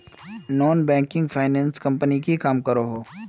Non banking finance company की काम करोहो?